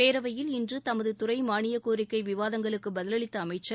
பேரவையில் இன்று தமது துறை மாளியக்கோரிக்கை விவாதங்களுக்கு பதில் அளித்த அமைச்சர்